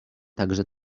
także